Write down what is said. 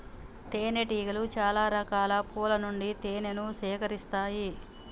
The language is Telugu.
తేనె టీగలు చాల రకాల పూల నుండి తేనెను సేకరిస్తాయి